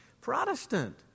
Protestant